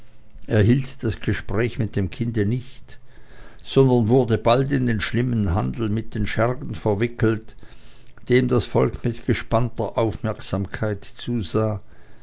hielt das gespräch mit dem kinde nicht sondern wurde bald in den schlimmen handel mit den schergen verwickelt dem das volk mit gespannter aufmerksamkeit zusah